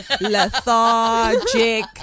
lethargic